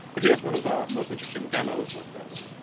but here is one of the most interesting demos of this.